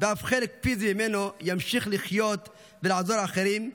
ואף חלק פיזי ממנו ימשיך לחיות ולעזור לאחרים,